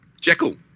Jekyll